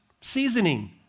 seasoning